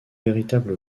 véritable